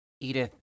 Edith